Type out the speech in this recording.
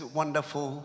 wonderful